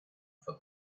for